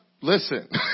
Listen